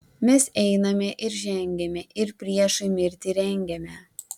mes einame ir žengiame ir priešui mirtį rengiame